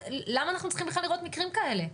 למה אנחנו צריכים בכלל לראות מקרים כאלה?